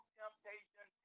temptation